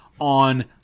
on